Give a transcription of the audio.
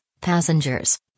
Passengers